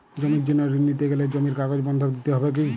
জমির জন্য ঋন নিতে গেলে জমির কাগজ বন্ধক দিতে হবে কি?